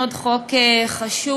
עוד חוק חשוב,